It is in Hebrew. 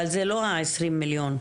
אבל זה לא העשרים מיליון.